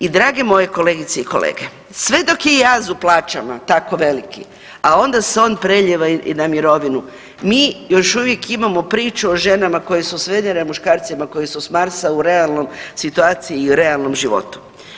I drage moje kolegice i kolege, sve dok je jaz u plaćama tako veliki, a onda se on preljeva i na mirovinu, mi još uvijek imamo priču o ženama koje su svedene, a muškarcima koji su s Marsa u realnoj situaciji i u realnom životu.